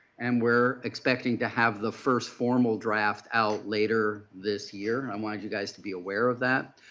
and we are expecting to have the first formal draft out later this year. i and um wanted you guys to be aware of that.